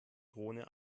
drohne